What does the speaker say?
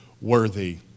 worthy